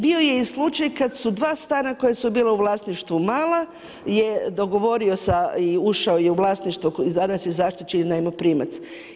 Bio je i slučaj kada su dva stana koja su bila u vlasništvu mala jer dogovorio sa i ušao je u vlasništvo i danas je zaštićeni najmoprimac.